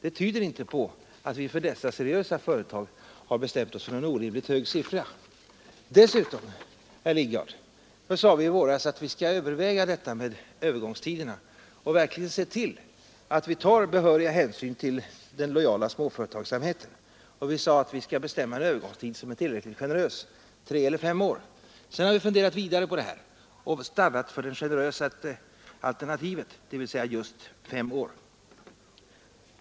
Det tyder inte på att vi för dessa seriösa företag har bestämt oss för en orimligt hög siffra. Dessutom, herr Lidgard, sade vi i våras att vi skulle överväga detta med övergångstiderna och verkligen se till att vi tar behöriga hänsyn till den lojala småföretagsamheten. Vi sade att vi skulle bestämma en övergångstid som var tillräckligt generös, tre eller fem år. Sedan har vi funderat vidare och stannat för det generösaste alternativet, dvs. fem år.